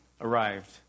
arrived